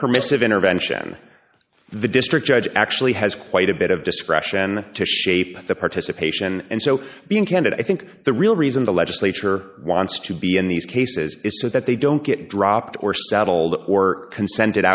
permissive intervention the district judge actually has quite a bit of discretion to shape the participation and so being candid i think the real reason the legislature wants to be in these cases is so that they don't get dropped or saddled or consented